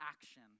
action